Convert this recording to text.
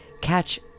catch